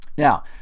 Now